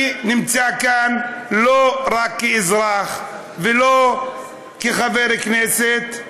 אני נמצא כאן לא רק כאזרח ולא רק כחבר כנסת,